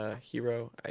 hero